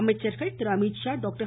அமைச்சர்கள் திரு அமீத்ஷா டாக்டர்